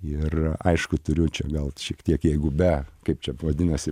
ir aišku turiu čia gal šiek tiek jeigu be kaip čia vadinasi